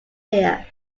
here